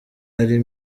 ari